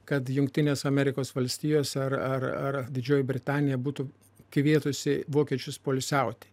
kad jungtinės amerikos valstijos ar ar ar didžioji britanija būtų kvietusi vokiečius poilsiauti